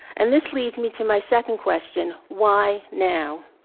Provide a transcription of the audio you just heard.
and this leads me to my second question why now?